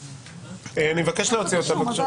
אני מבקש להוציא אותה בבקשה.